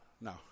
No